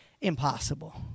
impossible